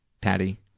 Patty